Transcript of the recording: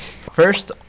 First